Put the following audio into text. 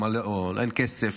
אין כסף,